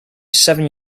seven